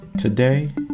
Today